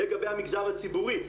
לגבי המגזר הציבורי,